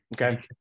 Okay